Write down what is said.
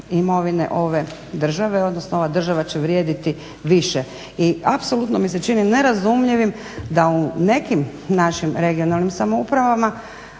imovine ove države, odnosno ova država će vrijediti više. I apsolutno mi se čini nerazumljivim da u nekim našim regionalnim samoupravama